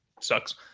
sucks